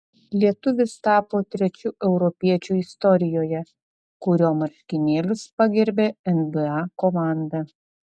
lietuvis tapo trečiu europiečiu istorijoje kurio marškinėlius pagerbė nba komanda